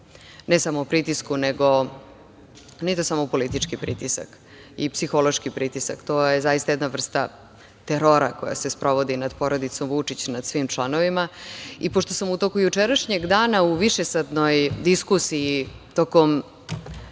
ne samo pritisku, nego, nije to samo politički pritisak, i psihološki pritisak, to je zaista jedna vrsta terora koja se sprovodi nad porodicom Vučić, nad svim članovima. Pošto sam u toku jučerašnjeg dana u višesatnoj diskusiji prilikom